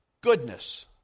goodness